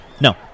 No